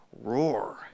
roar